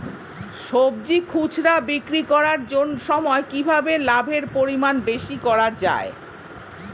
সবজি খুচরা বিক্রি করার সময় কিভাবে লাভের পরিমাণ বেশি করা যায়?